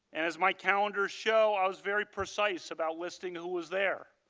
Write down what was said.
and as my calendar show, i was very precise about listing who was there.